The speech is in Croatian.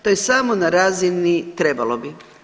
To je samo na razini trebalo bi.